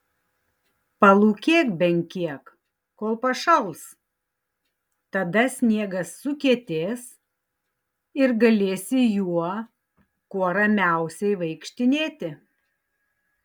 palūkėk bent kiek kol pašals tada sniegas sukietės ir galėsi juo kuo ramiausiai vaikštinėti